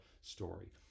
story